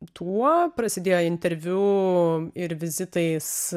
tuo prasidėjo interviu ir vizitais